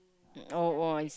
oh oh I